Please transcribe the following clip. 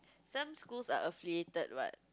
some schools are affiliated what